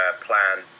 plan